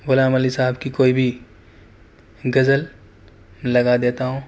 غلام علی صاحب کی کوئی بھی غزل لگا دیتا ہوں